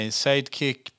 sidekick